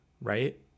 right